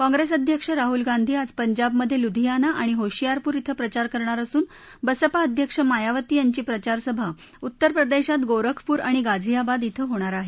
काँग्रेस अध्यक्ष राहूल गांधी आज पंजाबमधे लुधियाना आणि होशियारपूर ॐ प्रचार करणार असून बसपा अध्यक्ष मायावती यांची प्रचारसभा उत्तर प्रदेशात गोरखपूर आणि गाझियाबाद बें होणार आहे